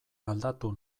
aldatu